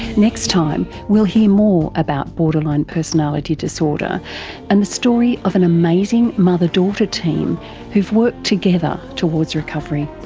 next time we'll hear more about borderline personality disorder and the story of an amazing mother-daughter team who've worked together towards recovery.